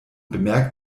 bemerkt